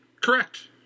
Correct